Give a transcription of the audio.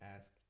ask